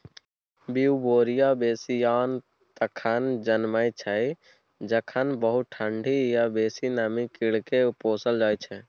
Beauveria bassiana तखन जनमय छै जखन बहुत ठंढी या बेसी नमीमे कीड़ाकेँ पोसल जाइ छै